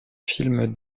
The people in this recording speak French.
film